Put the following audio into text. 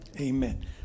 Amen